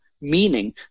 meaning